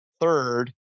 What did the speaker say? third